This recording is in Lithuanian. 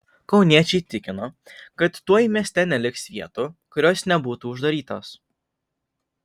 kauniečiai tikino kad tuoj mieste neliks vietų kurios nebūtų uždarytos